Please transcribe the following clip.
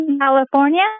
California